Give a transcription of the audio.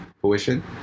fruition